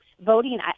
voting